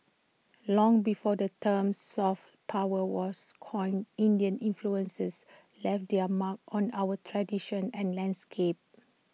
long before the term 'soft power' was coined Indian influences left their mark on our traditions and landscape